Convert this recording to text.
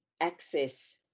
access